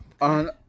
on